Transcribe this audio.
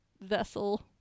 vessel